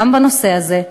גם בנושא הזה,